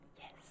Yes